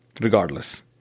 regardless